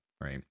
Right